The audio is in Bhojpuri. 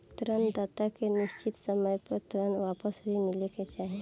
ऋण दाता के निश्चित समय पर ऋण वापस भी मिले के चाही